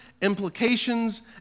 implications